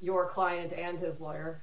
your client and his lawyer